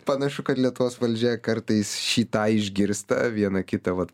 panašu kad lietuvos valdžia kartais šį tą išgirsta vieną kitą vat